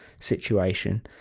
situation